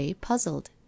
puzzled